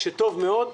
כשטוב מאוד,